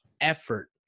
effort